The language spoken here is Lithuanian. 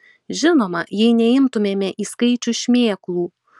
žinoma jei neimtumėme į skaičių šmėklų